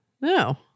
No